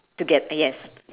toget~ uh yes